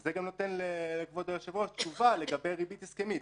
וזה גם נותן לכבוד היושב-ראש תשובה לגבי ריבית הסכמית.